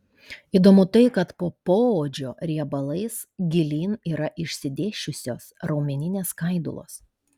įdomu tai kad po poodžio riebalais gilyn yra išsidėsčiusios raumeninės skaidulos